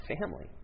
family